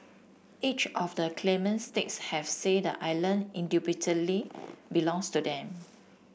each of the claimant states have say the island indubitably belongs to them